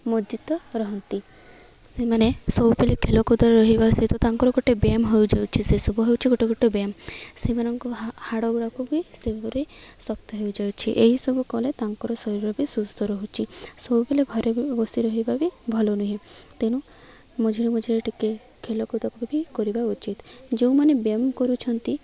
ମଜିତ ରହନ୍ତି ସେମାନେ ସବୁ ପିଲେ ଖେଳକୁଦରେ ରହିବା ସହିତ ତାଙ୍କର ଗୋଟେ ବ୍ୟାୟାମ ହୋଇଯାଉଛି ସେସବୁ ହେଉଛିି ଗୋଟେ ଗୋଟେ ବ୍ୟାୟାମ ସେମାନଙ୍କୁ ହା ହାଡ଼ ଗୁଡ଼ାକୁ ବି ସେଇପରି ଶକ୍ତ ହୋଇଯାଉଛି ଏହିସବୁ କଲେ ତାଙ୍କର ଶରୀର ବି ସୁସ୍ଥ ରହୁଛି ସବୁବେଳେ ଘରେ ବି ବସି ରହିବା ବି ଭଲ ନୁହେଁ ତେଣୁ ମଝିରେ ମଝିରେ ଟିକେ ଖେଳକୁଦକୁ ବି କରିବା ଉଚିତ ଯେଉଁମାନେ ବ୍ୟାୟାମ କରୁଛନ୍ତି